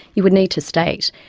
you would need to state,